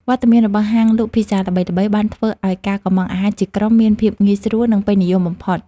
វត្តមានរបស់ហាងលក់ភីហ្សាល្បីៗបានធ្វើឱ្យការកម្ម៉ង់អាហារជាក្រុមមានភាពងាយស្រួលនិងពេញនិយមបំផុត។